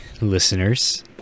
Listeners